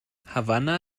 havanna